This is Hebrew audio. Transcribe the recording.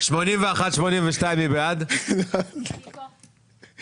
מי בעד פניות מספר 81 82?